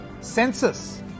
census